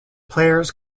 players